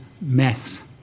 mess